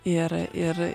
ir ir